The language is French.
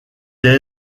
est